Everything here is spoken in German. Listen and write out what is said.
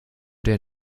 der